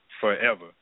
forever